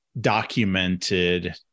documented